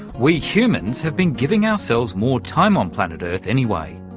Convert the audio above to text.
we humans have been giving ourselves more time on planet earth anyway.